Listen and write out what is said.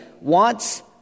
wants